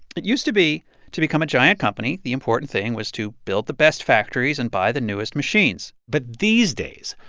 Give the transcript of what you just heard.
it used to be to become a giant company, the important thing was to build the best factories and buy the newest machines but these days,